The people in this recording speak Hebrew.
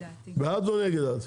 את בעד או נגד?